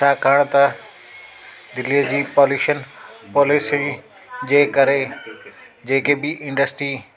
छाकाणि त दिल्लीअ जी पॉल्युशन पॉलीसी जे करे जेके बि इंडस्ट्री